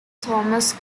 thomas